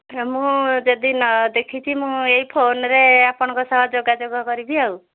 ମୁଁ ଯଦି ନ ଦେଖିଛି ମୁଁ ଏହି ଫୋନରେ ଆପଣଙ୍କ ସହ ଯୋଗାଯୋଗ କରିବି ଆଉ